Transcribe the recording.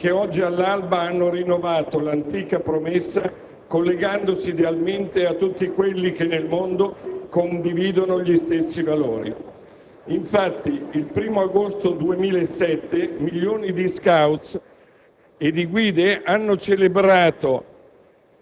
e in quella di molti colleghi parlamentari che oggi all'alba hanno rinnovato l'antica promessa collegandosi idealmente a tutti quelli che nel mondo condividono gli stessi valori. Infatti, il 1° agosto 2007 milioni di *scouts*